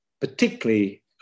particularly